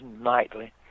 nightly